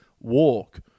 walk